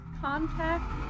contact